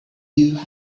you